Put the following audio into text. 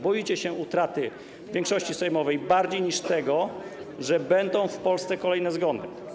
Boicie się utraty większości sejmowej bardziej niż tego, że w Polsce będą kolejne zgony.